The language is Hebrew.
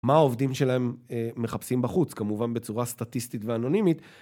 מה העובדים שלהם מחפשים בחוץ, כמובן בצורה סטטיסטית ואנונימית.